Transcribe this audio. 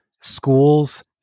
schools